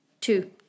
Two